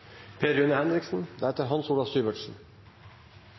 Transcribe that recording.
Per Rune Henriksen